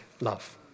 love